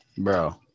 Bro